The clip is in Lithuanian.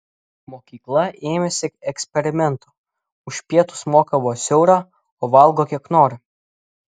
mokykla ėmėsi eksperimento už pietus moka vos eurą o valgo kiek nori